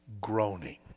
groaning